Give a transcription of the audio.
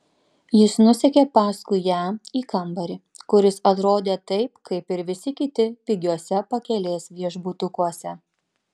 jis nusekė paskui ją į kambarį kuris atrodė taip kaip ir visi kiti pigiuose pakelės viešbutukuose